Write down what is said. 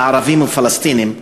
כערבים ופלסטינים,